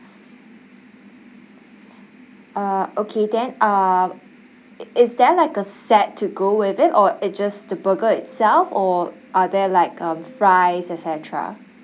uh okay then uh is there like a set to go with it or it just the burger itself or are there like a fries et cetera